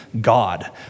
God